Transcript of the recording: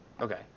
Okay